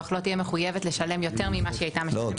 לא תהיה מחויבת לשלם יותר ממה שהיא הייתה מחויבת לשלם.